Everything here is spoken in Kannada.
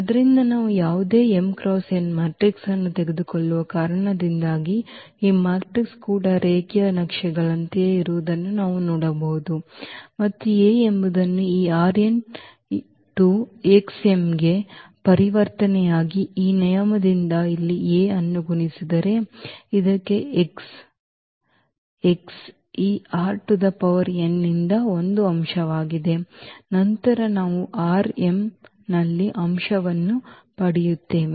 ಆದ್ದರಿಂದ ನಾವು ಯಾವುದೇ m × n ಮ್ಯಾಟ್ರಿಕ್ಸ್ ಅನ್ನು ತೆಗೆದುಕೊಳ್ಳುವ ಕಾರಣದಿಂದಾಗಿ ಈ ಮ್ಯಾಟ್ರಿಕ್ಸ್ ಕೂಡ ರೇಖೀಯ ನಕ್ಷೆಗಳಂತೆಯೇ ಇರುವುದನ್ನು ನಾವು ನೋಡಬಹುದು ಮತ್ತು A ಎಂಬುದು ಈ to X m ಗೆ ಪರಿವರ್ತನೆಯಾಗಿ ಈ ನಿಯಮದಿಂದ ಇಲ್ಲಿ A ಯನ್ನು ಗುಣಿಸಿದರೆ ಇದಕ್ಕೆ x x ಈ Rn ನಿಂದ ಒಂದು ಅಂಶವಾಗಿದೆ ನಂತರ ನಾವು ನಲ್ಲಿ ಅಂಶವನ್ನು ಪಡೆಯುತ್ತೇವೆ